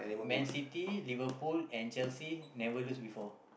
Mancity Liverpool and Chelsea never lose before